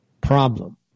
problem